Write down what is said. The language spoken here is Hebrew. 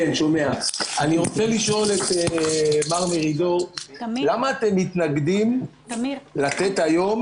אני רוצה לשאול את מר מרידור: למה אתם מתנגדים לתת היום